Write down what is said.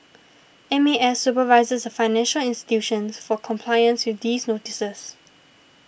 M A S supervises the financial institutions for compliance with these notices